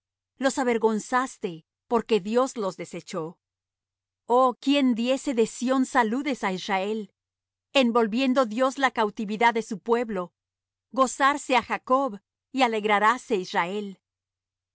los avergonzaste porque dios los desechó oh quién diese de sión saludes á israel en volviendo dios la cautividad de su pueblo gozarse ha jacob y alegraráse israel